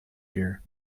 gear